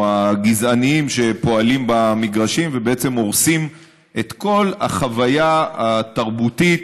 הגזעניים שפועלים במגרשים ובעצם הורסים את כל החוויה התרבותית,